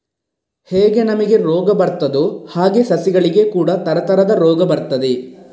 ಹೇಗೆ ನಮಿಗೆ ರೋಗ ಬರ್ತದೋ ಹಾಗೇ ಸಸಿಗಳಿಗೆ ಕೂಡಾ ತರತರದ ರೋಗ ಬರ್ತದೆ